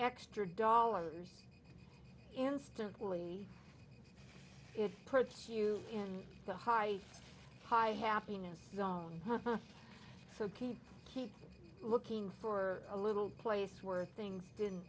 extra dollars instantly if perhaps you in the high high happiness zone so keep keep looking for a little place where things didn't